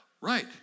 Right